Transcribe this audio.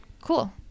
cool